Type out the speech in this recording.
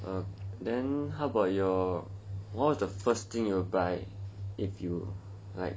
um then how about your what is the first thing you'll buy if you like